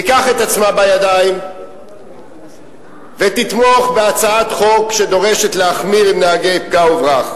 תיקח את עצמה בידיים ותתמוך בהצעת חוק שדורשת להחמיר עם נהגי פגע וברח.